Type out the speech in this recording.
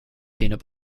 peanut